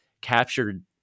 captured